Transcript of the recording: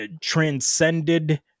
transcended